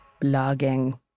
Blogging